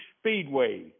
Speedway